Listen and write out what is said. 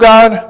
God